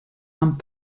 amb